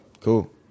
cool